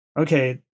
Okay